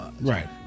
right